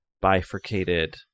bifurcated